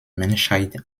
menschheit